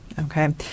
Okay